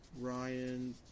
Ryan